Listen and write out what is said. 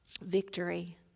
victory